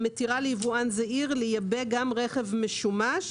שמתירה ליבואן זעיר לייבא גם רכב משומש